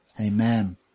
Amen